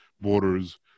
borders